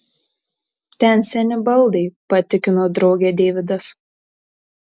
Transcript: ten seni baldai patikino draugę deividas